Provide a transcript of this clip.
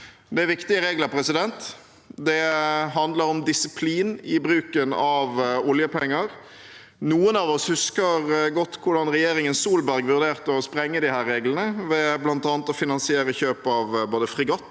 Det er viktige regler. Det handler om disiplin i bruken av oljepenger. Noen av oss husker godt hvordan regjeringen Solberg vurderte å sprenge disse reglene, ved bl.a. å finansiere kjøp av både fregatt